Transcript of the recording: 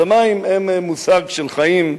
אז המים הם מושג של חיים,